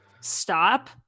Stop